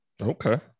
Okay